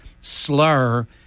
slur